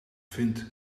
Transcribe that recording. vind